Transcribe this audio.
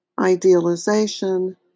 idealization